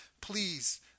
please